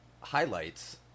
highlights